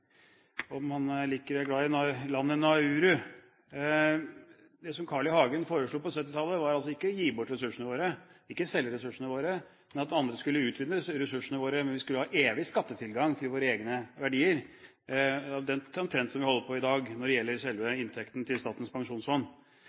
er like glad i landet Nauru. Det som Carl I. Hagen foreslo på 1970-tallet, var altså ikke å gi bort ressursene våre, ikke selge ressursene våre, men at andre skulle utvinne ressursene våre. Men vi skulle ha evig skattetilgang til våre egne verdier. Det er omtrent som det vi holder på med i dag når det gjelder selve inntektene til Statens pensjonsfond.